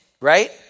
Right